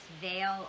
veil